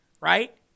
right